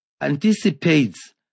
anticipates